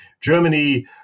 Germany